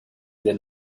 their